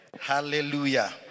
Hallelujah